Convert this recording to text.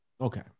Okay